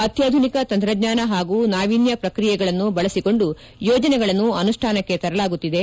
ಅತ್ಲಾಧುನಿಕ ತಂತ್ರಜ್ಞಾನ ಹಾಗೂ ನಾವೀನ್ಯ ಪ್ರಕ್ರಿಯೆಗಳನ್ನು ಬಳಸಿಕೊಂಡು ಯೋಜನೆಗಳನ್ನು ಅನುಷ್ಠಾನಕ್ಕೆ ತರಲಾಗುತ್ತಿದೆ